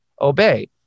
obey